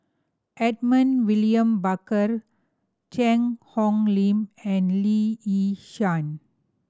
Edmund William Barker Cheang Hong Lim and Lee Yi Shyan